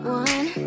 one